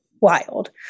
wild